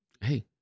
Hey